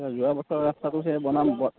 সেই যোৱা বছৰ ৰাস্তাটো সেই বনাম